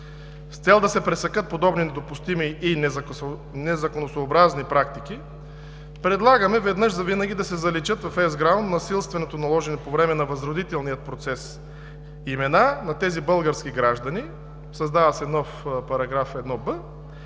С цел да се пресекат подобни недопустими и незаконосъобразни практики предлагаме веднъж завинаги да се заличат в ЕСГРАОН насилствено наложените по време на възродителния процес имена на тези български граждани – създава се нов § 1б,